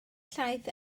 llaeth